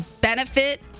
benefit